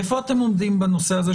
איפה אתם עומדים בנושא הזה,